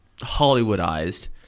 Hollywoodized